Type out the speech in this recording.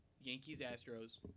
Yankees-Astros